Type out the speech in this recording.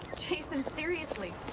jason, seriously.